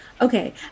Okay